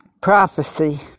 prophecy